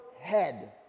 head